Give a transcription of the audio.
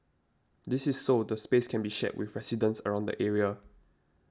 this is so the space can be shared with residents around the area